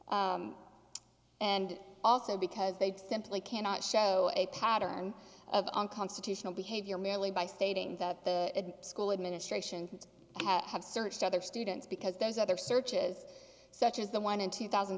stated and also because they'd simply cannot show a pattern of unconstitutional behavior merely by stating that the school administration have searched other students because there's other searches such as the one in two thousand